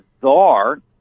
bizarre